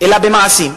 אלא במעשים.